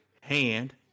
hand